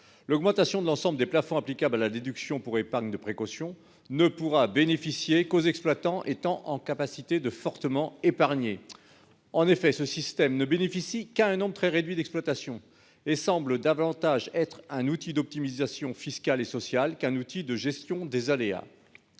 L'augmentation de l'ensemble des plafonds applicables à la déduction pour épargne de précaution ne pourra profiter qu'aux exploitants ayant la capacité d'épargner fortement. En effet, ce système bénéficie seulement à un nombre très réduit d'exploitations. Il semble davantage être un outil d'optimisation fiscale et sociale que de gestion des aléas.